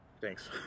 Thanks